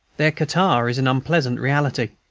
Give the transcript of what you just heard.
their catarrh is an unpleasant reality.